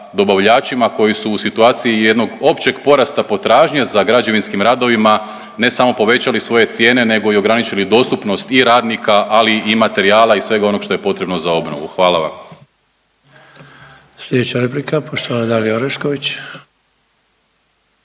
dobavljačima koji su u situaciji jednog općeg porasta potražnje za građevinskim radovima ne samo povećali svoje cijene nego i ograničili dostupnost i radnika, ali i materijala i svega onog što je potrebno za obnovu. Hvala vam. **Sanader, Ante (HDZ)** Sljedeća replika, poštovana Dalija Orešković.